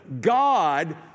God